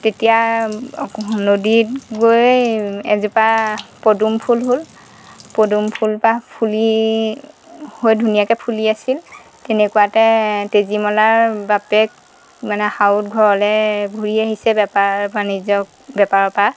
তেতিয়া নদীত গৈ এজোপা পদুম ফুল হ'ল পদুম ফুল পাহ ফুলি হৈ ধুনীয়াকৈ ফুলি আছিল তেনেকুৱাতে তেজীমলাৰ বাপেক মানে সাউদ ঘৰলৈ ঘূৰি আহিছে বেপাৰ বাণিজ্য বেপাৰৰ পৰা